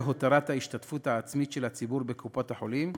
הותרת ההשתתפות העצמית של הציבור בקופות-החולים,